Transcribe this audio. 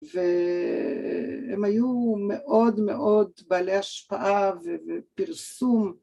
והם היו מאוד מאוד בעלי השפעה ופרסום